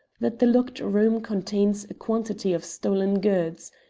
that the locked room contains a quantity of stolen goods.